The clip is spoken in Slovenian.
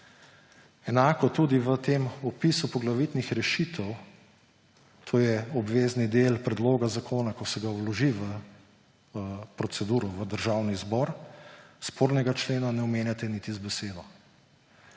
Enako tudi v tem opisu poglavitnih rešitev, to je obvezni del predloga zakona, ko se ga vloži v proceduro v Državni zbor, spornega člena ne omenjate niti z besedo.